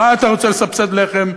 מה אתה רוצה לסבסד לחם?